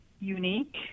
unique